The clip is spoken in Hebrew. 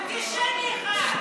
אנטישמי אחד.